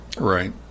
Right